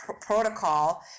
protocol